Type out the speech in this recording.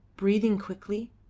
breathing quickly,